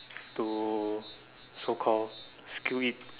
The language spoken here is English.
to so call skill it